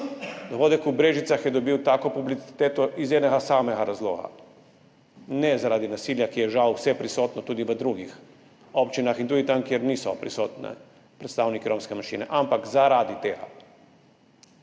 Dogodek v Brežicah je dobil tako publiciteto iz enega samega razloga: ne zaradi nasilja, ki je žal vseprisotno tudi v drugih občinah in tudi tam, kjer niso prisotni predstavniki romske manjšine, ampak zaradi tega.